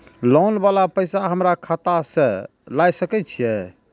Loan वाला पैसा हमरा खाता से लाय सके छीये?